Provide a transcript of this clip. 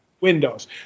windows